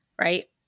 right